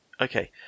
okay